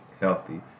healthy